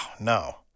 no